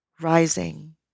rising